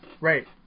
right